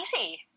easy